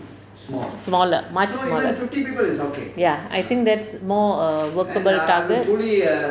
smaller much smaller ya I think that's more err workable target